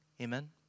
Amen